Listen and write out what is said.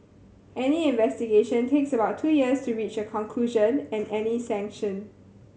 any investigation takes about two years to reach a conclusion and any sanction